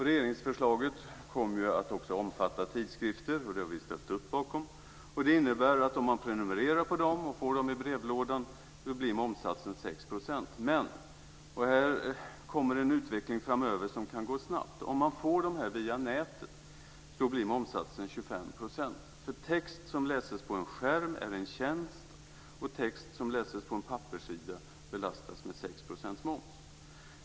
Regeringsförslaget kom ju att också omfatta tidskrifter, och det har vi ställt upp bakom. Det innebär att om man prenumererar på sådana och får dem i brevlådan blir momssatsen 6 %. Men - och här kommer en utveckling framöver som kan gå snabbt - om man får dem via nätet blir momssatsen 25 %. Text som läses på en skärm är en tjänst, och text som läses på en papperssida belastas med 6 % moms.